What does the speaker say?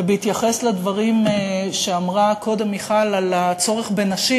ובהתייחס לדברים שאמרה קודם מיכל על הנשים,